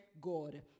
God